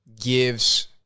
gives